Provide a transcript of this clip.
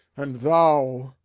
and thou,